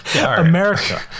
America